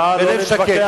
נא לא להתווכח עם הרב.